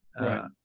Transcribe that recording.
Right